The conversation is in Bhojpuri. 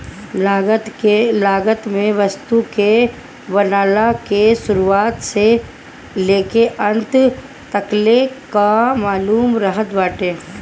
लागत में वस्तु के बनला के शुरुआत से लेके अंत तकले कअ मूल्य रहत बाटे